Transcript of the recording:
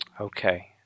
okay